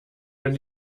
wenn